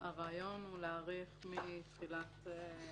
הרעיון הוא להאריך מפעולת